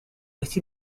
restent